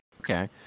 Okay